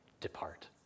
Depart